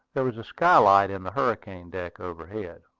there was a skylight in the hurricane-deck overhead,